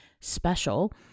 special